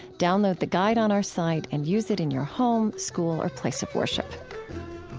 download the guide on our site and use it in your home, school, or place of worship